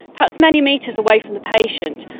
perhaps many metres away from the patient,